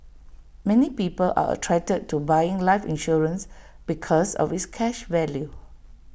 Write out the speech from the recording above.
many people are attracted to buying life insurance because of its cash value